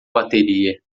bateria